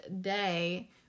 day